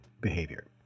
behavior